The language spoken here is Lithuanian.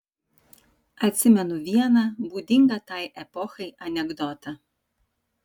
atsimenu vieną būdingą tai epochai anekdotą